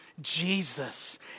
Jesus